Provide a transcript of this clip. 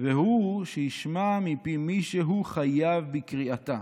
והוא שישמע מפי מי שהוא חייב בקריאתה.